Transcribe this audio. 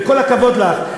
וכל הכבוד לך.